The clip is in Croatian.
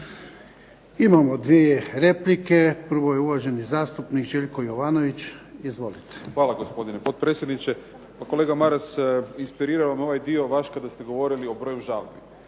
Imamo dvije replike. Prvo je uvaženi zastupnik Željko Jovanović. Izvolite. **Jovanović, Željko (SDP)** Hvala, gospodine potpredsjedniče. Kolega Maras, inspirirao me ovaj dio vaš kada ste govorili o broju žalbi.